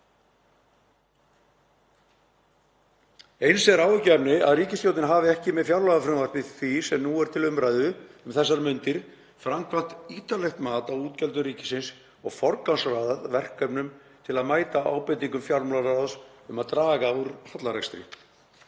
Eins er áhyggjuefni að ríkisstjórnin hafi ekki með fjárlagafrumvarpi því sem er til umræðu um þessar mundir framkvæmt ítarlegt mat á útgjöldum ríkisins og forgangsraðað verkefnum til að mæta ábendingum fjármálaráðs um að draga úr hallarekstri.